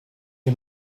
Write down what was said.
you